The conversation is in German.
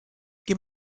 geh